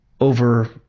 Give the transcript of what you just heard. Over